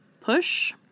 push